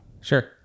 Sure